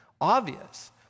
obvious